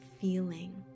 feeling